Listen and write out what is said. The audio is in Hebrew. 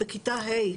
בכיתה ה',